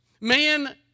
Man